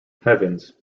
heavens